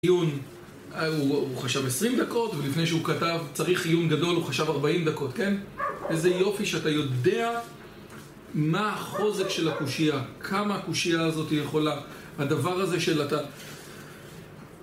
עיון, הוא חשב 20 דקות, ולפני שהוא כתב צריך עיון גדול, הוא חשב 40 דקות, כן? איזה יופי שאתה יודע מה החוזק של הקושייה, כמה הקושייה הזאת יכולה, הדבר הזה של אתה...